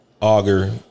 auger